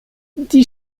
die